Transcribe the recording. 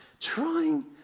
trying